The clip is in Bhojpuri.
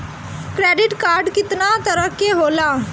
क्रेडिट कार्ड कितना तरह के होला?